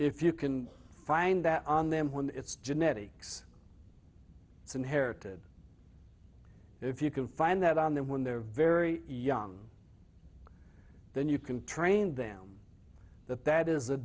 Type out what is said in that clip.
if you can find that on them when it's genetics it's inherited if you can find that on them when they're very young then you can train them that that is a